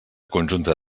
conjunta